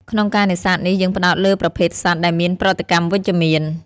ក្នុងការនេសាទនេះ យើងផ្តោតលើប្រភេទសត្វដែលមានប្រតិកម្មវិជ្ជមាន។